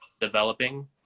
developing